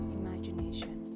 imagination